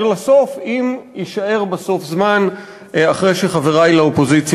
תעשה לנו טובה, תתחיל בקטעים המעניינים.